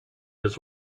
his